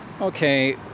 okay